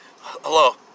hello